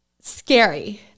Scary